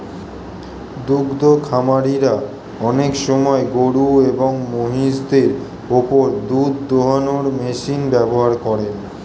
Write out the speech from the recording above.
দুদ্ধ খামারিরা অনেক সময় গরুএবং মহিষদের ওপর দুধ দোহানোর মেশিন ব্যবহার করেন